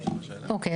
אוקיי,